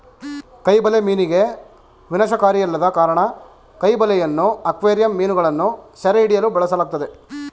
ಕೈ ಬಲೆ ಮೀನಿಗೆ ವಿನಾಶಕಾರಿಯಲ್ಲದ ಕಾರಣ ಕೈ ಬಲೆಯನ್ನು ಅಕ್ವೇರಿಯಂ ಮೀನುಗಳನ್ನು ಸೆರೆಹಿಡಿಯಲು ಬಳಸಲಾಗ್ತದೆ